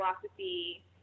philosophy